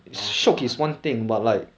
that one shiok [one]